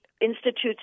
Institute's